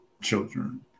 children